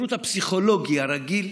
השירות הפסיכולוגי הרגיל,